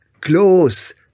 close